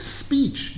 speech